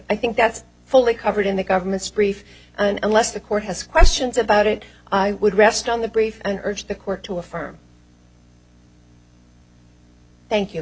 i think that's fully covered in the government's brief and unless the court has questions about it i would rest on the brief and urge the court to affirm thank you